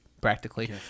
practically